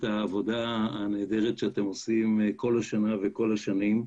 העבודה הנהדרת שאתם עושים כל השנה וכל השנים.